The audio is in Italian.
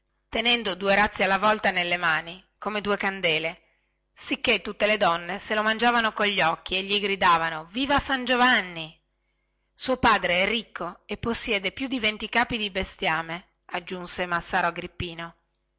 tenendo due razzi alla volta nelle mani pari di due candele sicchè tutte le donne se lo mangiavano cogli occhi e gli gridavano viva san giovanni suo padre è ricco e possiede più di venti capi di bestiame aggiungeva massaro agrippino